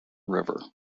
river